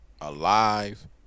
Alive